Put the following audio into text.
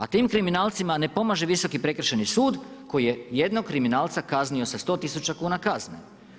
A tim kriminalcima ne pomaže Visoki prekršajni sud koji je jednog kriminalca kaznio sa 100 tisuća kuna kazne.